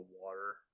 water